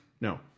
no